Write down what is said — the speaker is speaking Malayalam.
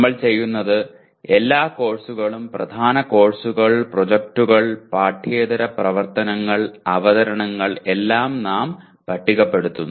നമ്മൾ ചെയ്യുന്നത് എല്ലാ കോഴ്സുകളും പ്രധാന കോഴ്സുകൾ പ്രോജക്ടുകൾ പാഠ്യേതര പ്രവർത്തനങ്ങൾ അവതരണങ്ങൾ എല്ലാം നാം പട്ടികപ്പെടുത്തുന്നു